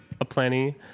aplenty